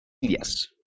Yes